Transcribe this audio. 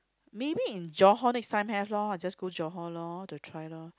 maybe in Johor next time have loh I just go Johor loh to try loh